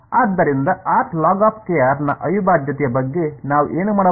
ಆದ್ದರಿಂದ ನ ಅವಿಭಾಜ್ಯತೆಯ ಬಗ್ಗೆ ನಾವು ಏನು ಮಾಡಬಹುದು